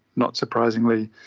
not surprisingly,